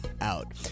out